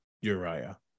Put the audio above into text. Uriah